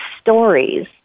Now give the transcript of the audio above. stories